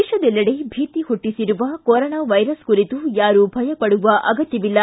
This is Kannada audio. ದೇಶದೆಲ್ಲೆಡೆ ಭೀತಿ ಹುಟ್ಟಿಸಿರುವ ಕೊರೋನಾ ವೈರಸ್ ಕುರಿತು ಯಾರೂ ಭಯ ಪಡುವ ಅಗತ್ಯವಿಲ್ಲ